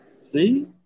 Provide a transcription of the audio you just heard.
See